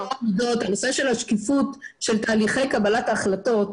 הנושא של השקיפות של תהליכי קבלת ההחלטות,